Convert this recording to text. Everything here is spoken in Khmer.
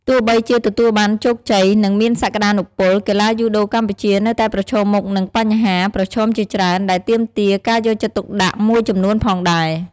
ទោះបីជាទទួលបានជោគជ័យ និងមានសក្តានុពល កីឡាយូដូកម្ពុជានៅតែប្រឈមមុខនឹងបញ្ហាប្រឈមជាច្រើនដែលទាមទារការយកចិត្តទុកដាក់មួយចំនួនផងដែរ ។